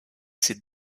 ses